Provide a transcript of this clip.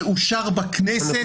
שאושר בכנסת,